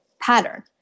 pattern